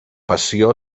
passió